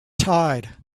tide